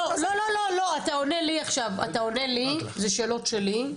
לא לא לא, אתה עונה לי עכשיו, זה שאלות שלי.